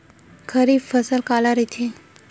खरीफ फसल काला कहिथे?